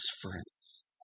friends